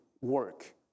work